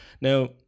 now